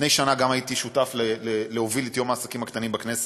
לפני שנה גם הייתי שותף להובלת יום העסקים הקטנים בכנסת,